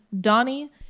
Donnie